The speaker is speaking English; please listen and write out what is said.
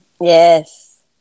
Yes